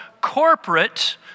corporate